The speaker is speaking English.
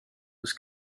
was